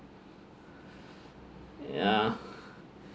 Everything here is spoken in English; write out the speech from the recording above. yeah